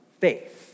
faith